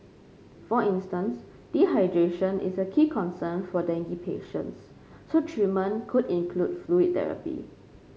for instance dehydration is a key concern for dengue patients so treatment could include fluid therapy